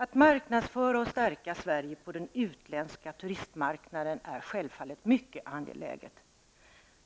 Att marknadsföra och stärka Sverige på den utländska turistmarknaden är självfallet mycket angeläget.